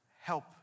help